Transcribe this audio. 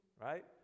right